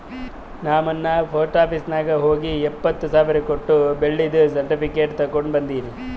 ನಾ ಮೊನ್ನೆ post office ನಾಗ್ ಹೋಗಿ ಎಪ್ಪತ್ ಸಾವಿರ್ ಕೊಟ್ಟು ಬೆಳ್ಳಿದು ಸರ್ಟಿಫಿಕೇಟ್ ತಗೊಂಡ್ ಬಂದಿನಿ